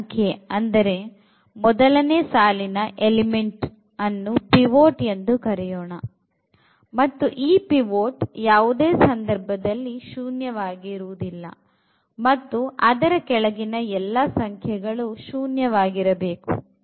ಈ ಸಂಖ್ಯೆ ಅಂದರೆ ಮೊದಲನೇ ಸಾಲಿನ ಎಲಿಮೆಂಟ್ ಅನ್ನು ಪಿವೊಟ್ ಎಂದು ಕರೆಯೋಣ ಮತ್ತು ಈ ಪಿವೊಟ್ ಯಾವುದೇ ಸಂದರ್ಭ ಸಂದರ್ಭದಲ್ಲಿ ಶೂನ್ಯ ವಾಗಿರುವುದಿಲ್ಲ ಮತ್ತು ಅದರ ಕೆಳಗಿನ ಎಲ್ಲ ಸಂಖ್ಯೆಗಳು ಶೂನ್ಯವಾಗಿರಬೇಕು